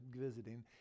visiting